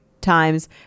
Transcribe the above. times